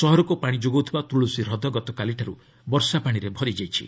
ସହରକୁ ପାଣି ଯୋଗାଉଥିବା ତୁଳସୀ ହ୍ରଦ ଗତକାଲିଠାରୁ ବର୍ଷା ପାଣିରେ ଭରି ଯାଇଛି